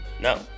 No